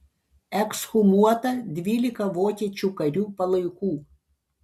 ekshumuota dvylika vokiečių karių palaikų